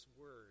word